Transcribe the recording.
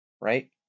right